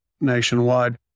nationwide